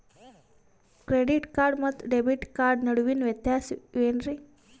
Credit card ಮತ್ತು debit card ನಡುವಿನ ವ್ಯತ್ಯಾಸ ವೇನ್ರೀ?